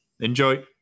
enjoy